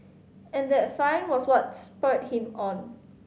and that find was what spurred him on